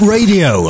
Radio